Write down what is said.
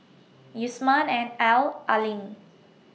Yusman and Al